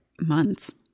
months